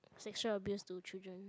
sexual abuse to children